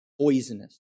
Poisonous